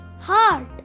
heart